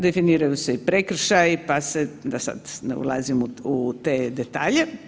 Definiraju se i prekršaji, pa da sada da ne ulazim u te detalje.